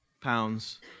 pounds